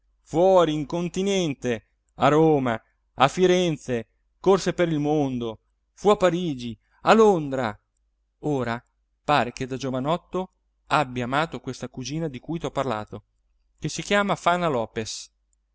fuori in continente a roma a firenze corse il mondo fu a parigi a londra ora pare che da giovanotto abbia amato questa cugina di cui t'ho parlato che si chiama fana lopes